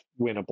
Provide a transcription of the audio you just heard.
winnable